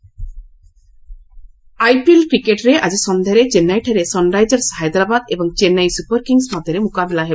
IPL IPL କ୍ରିକେଟ୍ରେ ଆଜି ସଂଧ୍ୟାରେ ଚେନ୍ନାଇଠାରେ ସନ୍ରାଇଜର୍ସ ହାଇଦରାବାଦ ଏବଂ ଚେନ୍ନାଇ ସୁପର୍ କିଙ୍ଗ୍ ମଧ୍ୟରେ ମୁକାବିଲା ହେବ